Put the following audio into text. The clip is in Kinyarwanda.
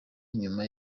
inyuma